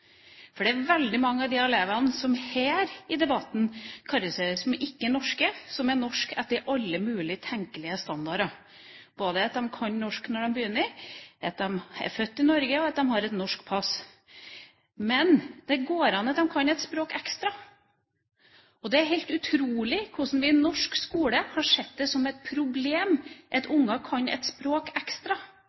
For det er veldig mange av de elevene som her i debatten karakteriseres som ikkenorske, som er norske etter alle mulig tenkelige standarder – både at de kan norsk når de begynner, at de er født i Norge, og at de har norsk pass. Men det går an at de kan et språk ekstra. Det er helt utrolig hvordan vi i norsk skole har sett det som et problem at unger kan et språk ekstra.